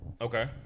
okay